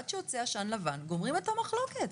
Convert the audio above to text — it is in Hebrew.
ועד שיוצא עשן לבן גומרים את המחלוקת.